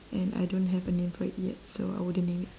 and I don't have a name for it yet so I wouldn't name it